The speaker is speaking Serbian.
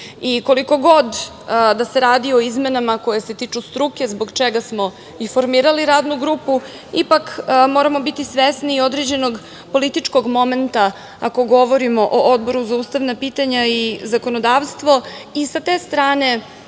Koliko god da se radi o izmenama koji se tiču struke zbog čega smo i formirali Radnu grupu, ipak moramo biti svesni određenog političkog momenta ako govorimo o Odboru za ustavna i pitanja i sa te strane,